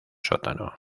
sótano